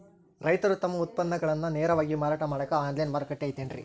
ರೈತರು ತಮ್ಮ ಉತ್ಪನ್ನಗಳನ್ನ ನೇರವಾಗಿ ಮಾರಾಟ ಮಾಡಾಕ ಆನ್ಲೈನ್ ಮಾರುಕಟ್ಟೆ ಐತೇನ್ರಿ?